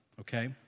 okay